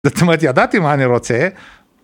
זאת אומרת, ידעתי מה אני רוצה.